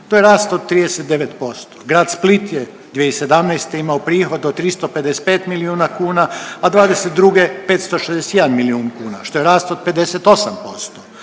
to je rast od 39%. Grad Split je 2017. imao prihod od 355 milijuna kuna, a '22. 561 milijun kuna što je rast od 58%,